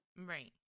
right